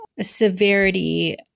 severity